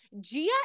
Gia